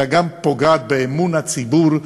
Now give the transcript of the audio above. אלא גם פוגעת באמון הציבור,